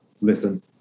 Listen